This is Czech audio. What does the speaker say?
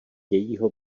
jejího